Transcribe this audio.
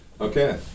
Okay